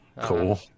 Cool